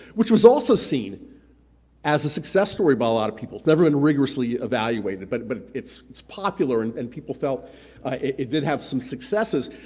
which was also seen as a success story by a lot of people, it's never been rigorously evaluated, but but it's it's popular and and people felt it did have some successes,